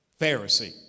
Pharisee